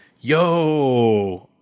yo